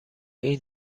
این